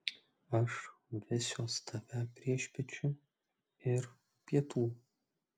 aš vesiuos tave priešpiečių ir pietų